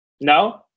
no